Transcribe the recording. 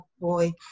boy